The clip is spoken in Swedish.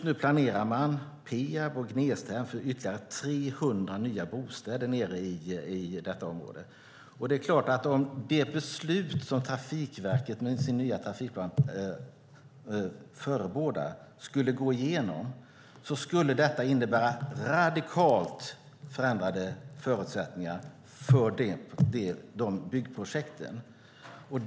Nu planerar Peab och Gnestahem för ytterligare 300 nya bostäder i området. Om det beslut som Trafikverket med sin nya trafikplan förebådar gick igenom skulle det innebära radikalt förändrade förutsättningar för de byggprojekten.